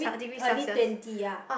early twenty ya